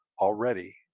already